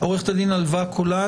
ובנושא הזה שווה אפילו